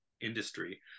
industry